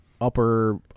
upper